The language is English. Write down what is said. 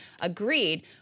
agreed